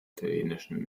italienischen